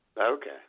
Okay